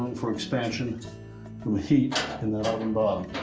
for expansion from the heat in the oven bottom.